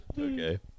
Okay